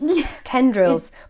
tendrils